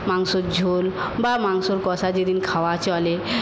মাংসর ঝোল বা মাংসর কষা যেদিন খাওয়া চলে